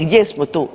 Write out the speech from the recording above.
Gdje smo tu?